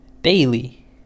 Daily